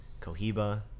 Cohiba